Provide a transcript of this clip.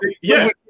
Yes